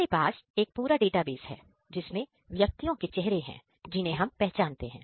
हमारे पास एक पूरा डेटाबेस जिसमें व्यक्तियों के चेहरे हैं जिन्हें हम पहचानते हैं